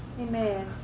Amen